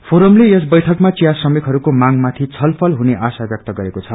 फोरमले यस बैठकमा चिया श्रमिकहस्को मांगमाथि छलफल हुने आशा व्यक्त गरेको छ